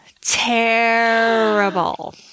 Terrible